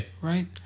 Right